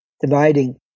dividing